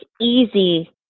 easy